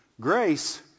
Grace